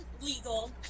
legal